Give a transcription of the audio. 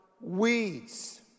Weeds